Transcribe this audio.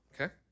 okay